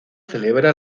celebra